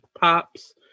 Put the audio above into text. pops